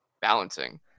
balancing